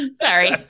Sorry